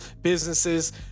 businesses